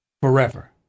forever